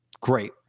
Great